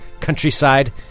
countryside